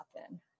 happen